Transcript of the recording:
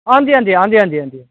आं जी आं जी आं जी